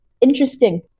interesting